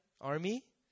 army